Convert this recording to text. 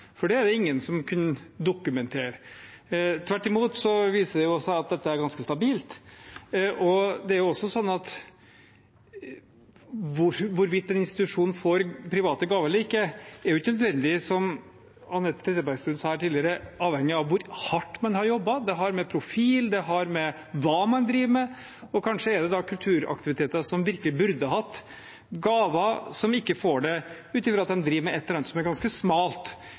for det er det ingen som har kunnet dokumentere. Tvert imot viser det seg at dette er ganske stabilt. Det er også sånn at hvorvidt en institusjon får private gaver eller ikke, som Anette Trettebergstuen sa her tidligere, ikke nødvendigvis er avhengig av hvor hardt man har jobbet. Det har å gjøre med profil, det har å gjøre med hva man driver med, og kanskje er det kulturaktiviteter som virkelig burde hatt gaver, som ikke får det, ut fra at de driver med et eller annet som er ganske smalt,